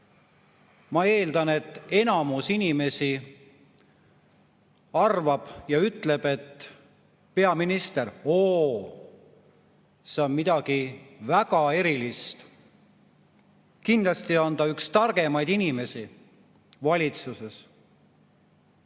Ma eeldan, et enamus inimesi ütleb, et peaminister, oo, see on midagi väga erilist, kindlasti on ta üks targemaid inimesi valitsuses,